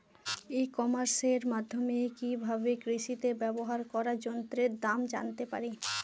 ই কমার্সের মাধ্যমে কি ভাবে কৃষিতে ব্যবহার করা যন্ত্রের দাম জানতে পারি?